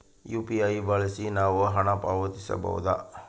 UPI ಬಳಸಿ ನಾವು ಹಣ ಪಾವತಿಸಬಹುದಾ?